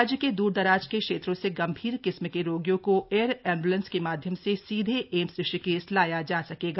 राज्य के द्र दराज के क्षेत्रों से गंभीर किस्म के रोगियों को एअर एम्ब्लेन्स के माध्यम से सीधे एम्स ऋषिकेश लाया जा सकेगा